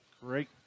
great